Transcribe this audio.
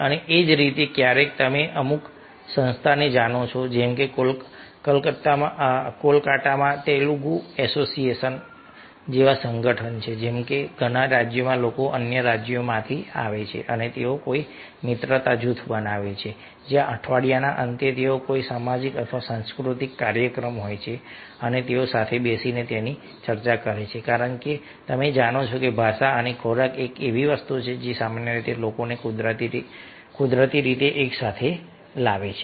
અને એ જ રીતે ક્યારેક તમે અમુક સંસ્થાને જાણો છો જેમ કે કોલકાતામાં તેલુગુ એસોસિએશનસંગઠન જેવા સંગઠન જેમ કે ઘણા રાજ્યોમાં લોકો અન્ય રાજ્યમાંથી આવે છે તેઓ કોઈ મિત્રતા જૂથ બનાવે છે જ્યાં અઠવાડિયાના અંતે તેઓ કોઈ સામાજિક અથવા સાંસ્કૃતિક કાર્યક્રમ હોય છે તેઓ સાથે બેસીને ચર્ચા કરે છે કારણ કે તમે જાણો છો કે ભાષા અને ખોરાક એક એવી વસ્તુ છે જે સામાન્ય રીતે લોકો કુદરતી રીતે એકસાથે આવે છે